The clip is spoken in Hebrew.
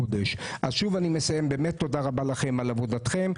אז אני מסיים שוב תודה רבה לכם על עבודתכם.